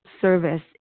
service